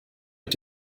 mit